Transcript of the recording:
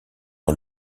par